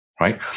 Right